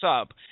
up